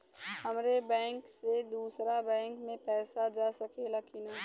हमारे बैंक से दूसरा बैंक में पैसा जा सकेला की ना?